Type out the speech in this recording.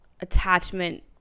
attachment